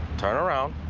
turn around,